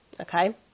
okay